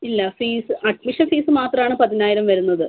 ഇല്ല fees admission fees മാത്രമാണ് പതിനായിരം വരുന്നത്